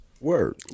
Word